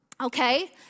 okay